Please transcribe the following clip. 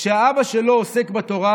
כשאבא שלו עוסק בתורה,